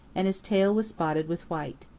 and his tail was spotted with white.